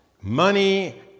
money